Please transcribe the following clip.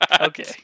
Okay